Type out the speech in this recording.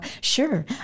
sure